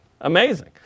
Amazing